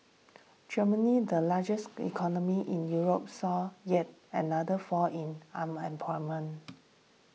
Germany the largest economy in Europe saw yet another fall in unemployment